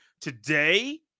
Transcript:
today